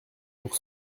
pour